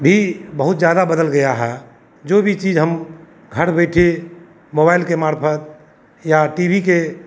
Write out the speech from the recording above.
भी बहुत ज़्यादा बदल गया है जो भी चीज हम घर बैठे मोबाइल के मार्फत या टी वी के